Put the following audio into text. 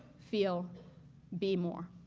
feel be more.